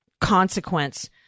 consequence